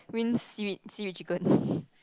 win seaweed seaweed chicken